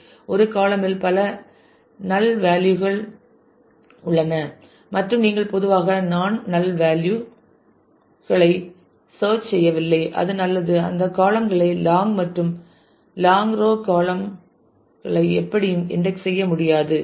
ஒரு காளம் இல் பல நள் வேலியூ கள் உள்ளன மற்றும் நீங்கள் பொதுவாக நாண் நள் வேலியூ களைத் சேர்ச் செய்யவில்லை அது நல்லது அந்த காளம் களை லாங் மற்றும் லாங் ரோ காளம் களை எப்படியும் இன்டெக்ஸ் செய்ய முடியாது